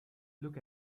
look